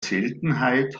seltenheit